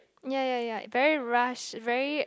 ya ya ya very rush very